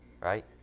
right